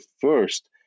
first